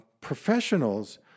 professionals